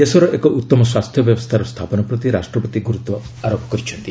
ଦେଶର ଏକ ଉତ୍ତମ ସ୍ୱାସ୍ଥ୍ୟ ବ୍ୟବସ୍ଥାର ସ୍ଥାପନ ପ୍ରତି ରାଷ୍ଟ୍ରପତି ଗୁରୁତ୍ୱାରୋପ କରିଛନ୍ତି